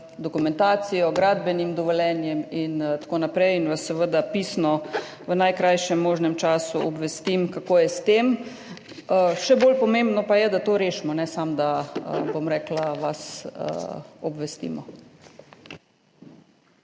dokumentacijo, gradbenim dovoljenjem in tako naprej. Seveda vas pisno v najkrajšem možnem času obvestim, kako je s tem, še bolj pomembno pa je, da to rešimo, ne samo, da vas obvestimo.